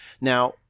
Now